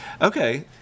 Okay